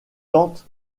tente